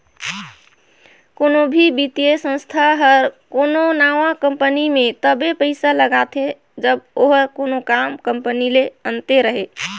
कोनो भी बित्तीय संस्था हर कोनो नावा कंपनी में तबे पइसा लगाथे जब ओहर कोनो आम कंपनी ले अन्ते रहें